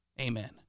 Amen